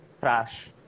trash